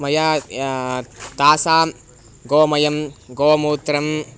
मया या तासां गोमयं गोमूत्रम्